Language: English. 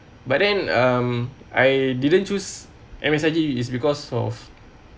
but then um I didn't choose M_S_I_G is because of